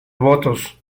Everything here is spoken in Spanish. votos